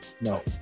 no